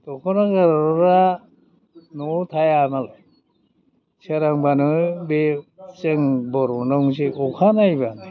दखना गानग्राफ्रा न'आव थाया नालाय सोरांबानो बे जों बर'नावनोसै अखा नायबानो